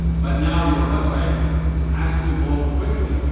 but now your website has to load quickly,